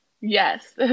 yes